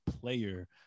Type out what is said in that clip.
player